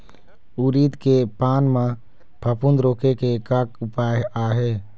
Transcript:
उरीद के पान म फफूंद रोके के का उपाय आहे?